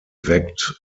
weckt